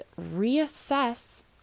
reassess